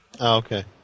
Okay